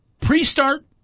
pre-start